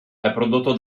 prodotto